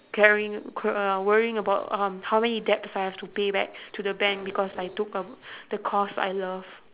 caring cr~ uh worrying about um how many debts I have to pay back to the bank because I took um the course I love